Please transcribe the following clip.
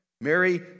Mary